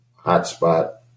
hotspot